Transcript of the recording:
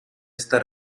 esta